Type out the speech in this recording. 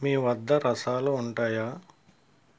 మీవద్ద రసాలు ఉంటాయా